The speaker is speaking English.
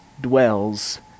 dwells